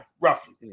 roughly